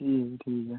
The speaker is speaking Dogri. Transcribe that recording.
ठीक ठीक ऐ